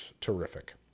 terrific